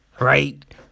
right